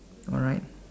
alright